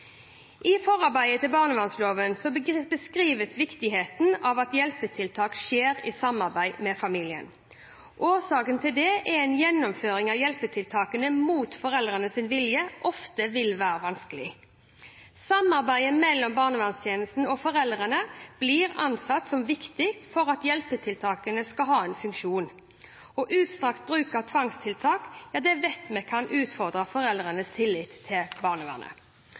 I forarbeidene til barnevernloven beskrives viktigheten av at hjelpetiltak skjer i samarbeid med familien. Årsaken til det er at en gjennomføring av hjelpetiltak mot foreldrenes vilje ofte vil være vanskelig. Samarbeid mellom barnevernstjenesten og foreldrene blir ansett som viktig for at hjelpetiltakene skal ha en funksjon. Utstrakt bruk av tvangstiltak vet vi kan utfordre foreldrenes tillit til barnevernet.